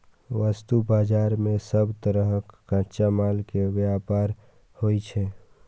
वस्तु बाजार मे सब तरहक कच्चा माल के व्यापार होइ छै